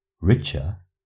richer